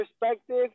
perspective